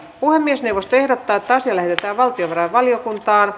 puhemiesneuvosto ehdottaa että asia lähetetään valtiovarainvaliokuntaan